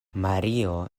mario